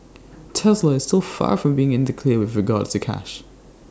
Tesla is still far from being in the clear with regards to cash